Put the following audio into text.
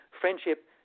friendship